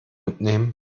mitnehmen